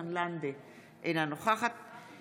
אינו נוכח צבי האוזר,